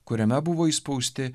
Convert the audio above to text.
kuriame buvo įspausti